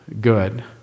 good